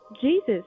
Jesus